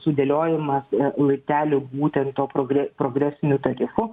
sudėliojimas laiptelių būtent to progre progresinių tarifų